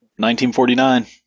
1949